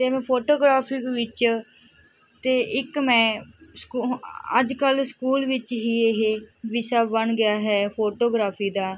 ਅਤੇ ਮੈਂ ਫੋਟੋਗ੍ਰਾਫੀ ਦੇ ਵਿੱਚ ਅਤੇ ਇੱਕ ਮੈਂ ਸਕੂ ਅੱਜ ਕੱਲ੍ਹ ਸਕੂਲ ਵਿੱਚ ਹੀ ਇਹ ਵਿਸ਼ਾ ਬਣ ਗਿਆ ਹੈ ਫੋਟੋਗ੍ਰਾਫੀ ਦਾ